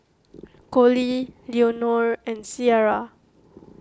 Colie Leonore and Ciera